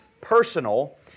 personal